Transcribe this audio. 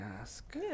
ask